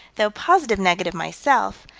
though positive-negative, myself,